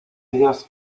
ellas